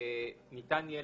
ניתן יהיה